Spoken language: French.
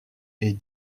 est